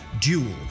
Duel